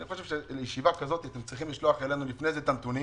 אני חושב שלישיבה כזאת אתם צריכים לשלוח אלינו לפני זה את הנתונים